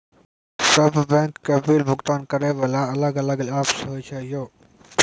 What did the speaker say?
सब बैंक के बिल भुगतान करे वाला अलग अलग ऐप्स होय छै यो?